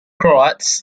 croats